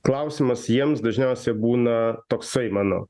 klausimas jiems dažniausia būna toksai mano